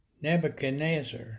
Nebuchadnezzar